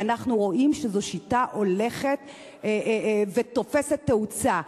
כי אנחנו רואים שזו שיטה הולכת ותופסת תאוצה,